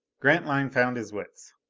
grantline found his wits.